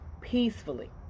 peacefully